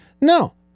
No